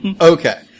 Okay